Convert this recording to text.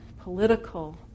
political